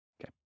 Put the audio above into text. Okay